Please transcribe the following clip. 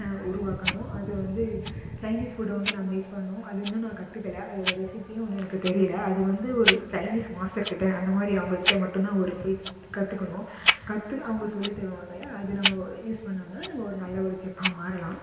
உருவாக்கணும் அது வந்து சைனீஸ் ஃபுட்டை வந்து நான் மேக் பண்ணனும் அது இன்னும் நான் கற்றுக்கல அதோடய ரெசிப்பியும் இன்னும் எனக்கு தெரியல அது வந்து ஒரு சைனீஸ் மாஸ்ட்டர் கிட்ட அந்த மாதிரி அவங்ககிட்ட மட்டுந்தான் ஒரு போய் கற்றுக்கணும் கற்று அவங்க சொல்லித்தருவாங்கள அது நம்ம யூஸ் பண்ணோம்ன்னா நம்ம நல்ல ஒரு செஃபாக மாறலாம்